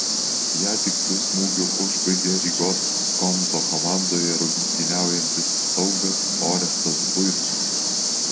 ją tiksliu smūgiu užbaigė rygos skonto komandoje rungtyniaujantis saugas orestas buitkus